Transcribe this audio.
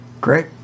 great